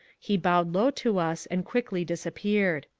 he bowed low to us and quickly disappeared.